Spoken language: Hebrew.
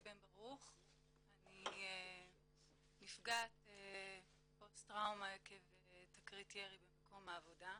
אני נפגעת פוסט טראומה עקב תקרית ירי במקום העבודה.